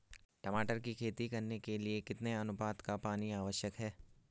टमाटर की खेती करने के लिए कितने अनुपात का पानी आवश्यक है?